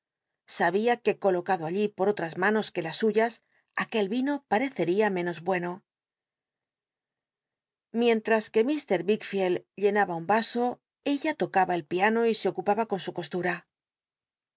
oporto uc colocado allí por otras manos que las sa bia c suyas aquel vino pareecria menos hueno micnlras que mr wicldlcltlllouaba un vaso ella tocaba el piano ó se ocupaba en su costura